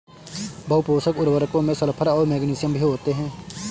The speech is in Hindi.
बहुपोषक उर्वरकों में सल्फर और मैग्नीशियम भी होते हैं